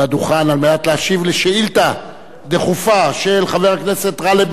מנת להשיב על שאילתא דחופה של חבר הכנסת גאלב מג'אדלה,